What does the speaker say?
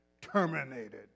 terminated